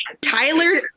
Tyler